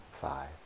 five